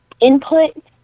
input